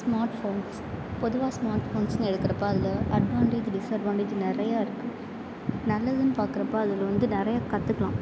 smart phones பொதுவா smart ஃபோன்ஸ்னு எடுக்கிறப்ப அதில் அட்வான்டேஜ் டிஸ்அட்வான்டேஜ் நிறைய இருக்கு நல்லதுன்னு பார்க்கறப்ப அதில் வந்து நிறைய கற்றுக்கலாம்